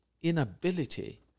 inability